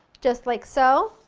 just like so.